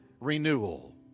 renewal